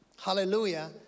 hallelujah